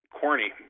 corny